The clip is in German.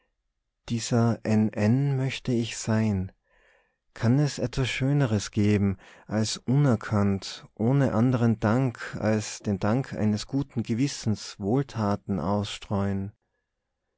dieser n n möchte ich sein kann es etwas schöneres geben als unerkannt ohne anderen dank als den dank eines guten gewissens wohltaten ausstreuen